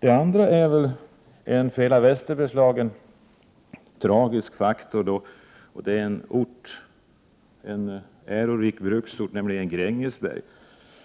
En annan för hela Västerbergslagen tragisk faktor är att den ärorika bruksorten Grängesberg,